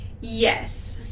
Yes